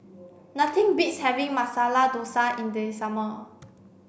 nothing beats having Masala Dosa in the summer